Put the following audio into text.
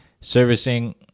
servicing